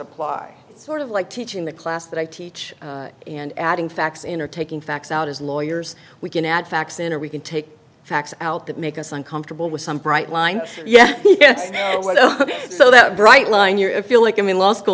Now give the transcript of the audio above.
apply sort of like teaching the class that i teach and adding facts in or taking facts out as lawyers we can add facts in or we can take facts out that make us uncomfortable with some bright line yes so that bright line your i feel like i'm in law school